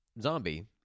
zombie